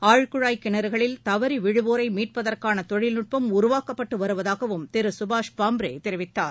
ஆழ்குழாய் கிணறுகளில் தவறி விழுவோரை மீட்பதற்கான தொழில்நுட்பம் உருவாக்கப்பட்டு வருவதாகவும் திரு சுபாஷ் பாம்ரே தெரிவித்தார்